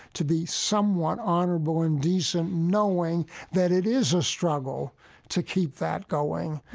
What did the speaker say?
to be somewhat honorable and decent knowing that it is a struggle to keep that going.